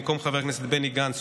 במקום חבר הכנסת בני גנץ,